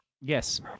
Yes